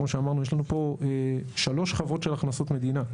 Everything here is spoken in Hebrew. כמו שאמרנו יש לנו פה שלוש חברות של הכנסות מדינה,